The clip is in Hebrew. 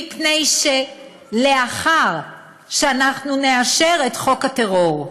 מפני שלאחר שאנחנו נאשר את חוק הטרור,